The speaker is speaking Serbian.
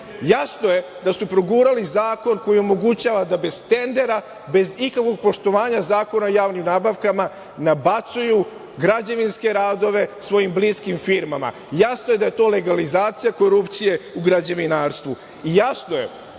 je da su progurali zakon koji omogućava da bez tendera, bez ikakvog poštovanje Zakona o javnim nabavkama nabacuju građevinske radove svojim bliskim firmama. Jasno je da je to legalizacija korupcije u građevinarstvu. Jasno je